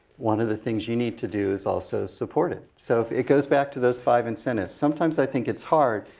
one of the things you need to do is also support it. so it goes back to those five incentives. sometimes i think it's hard.